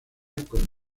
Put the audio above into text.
con